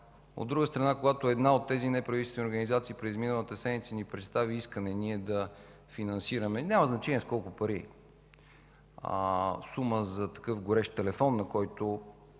От друга страна, когато една от тези неправителствени организации през изминалата седмица ни представи искане ние да финансираме – няма значение с колко пари, сума за такъв горещ телефон, на който